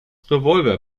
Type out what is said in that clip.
revolver